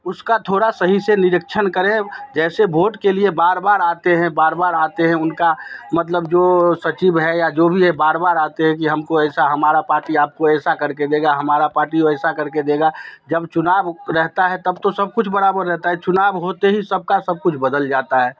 उसका थोड़ा सही से निरीक्षण करें जैसे भोट के लिए बार बार आते हैं बार बार आते हैं उनका मतलब जो सचिव है या जो भी है बार बार आते हैं कि हम को ऐसा हमारी पार्टी आपको ऐसा कर के देगी हमारी पार्टी वैसा कर के देगी जब चुनाव रहता है तब तो सब कुछ बराबर रहता है चुनाव होते ही सब का सब कुछ बदल जाता है